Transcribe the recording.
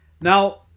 Now